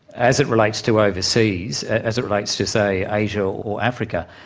as it relates to overseas, as it relates to, say, asia or africa,